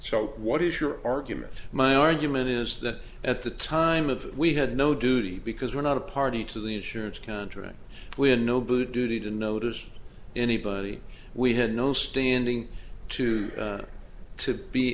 so what is your argument my argument is that at the time of we had no duty because we're not a party to the insurance contract when nobu duty to notice anybody we had no standing to to be